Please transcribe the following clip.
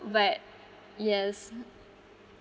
but yes